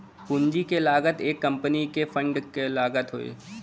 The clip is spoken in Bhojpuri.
पूंजी क लागत एक कंपनी के फंड क लागत हौ